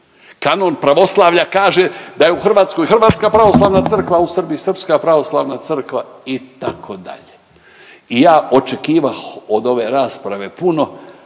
kanon pravoslavlja kaže da je u Hrvatskoj hrvatska pravoslavna crkva, a u Srbiji Srpska pravoslavna crkva itd.. I ja očekivah od ove rasprave puno,